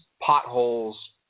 potholes